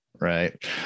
Right